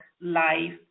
life